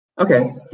Okay